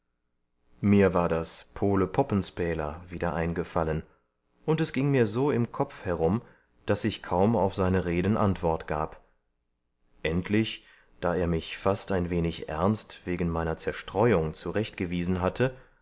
mir war das pole poppenspäler wieder eingefallen und es ging mir so im kopf herum daß ich kaum auf seine reden antwort gab endlich da er mich fast ein wenig ernst wegen meiner zerstreuung zurechtgewiesen hatte